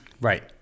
Right